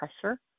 pressure